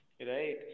Right